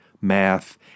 math